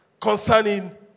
concerning